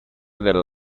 del